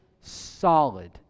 solid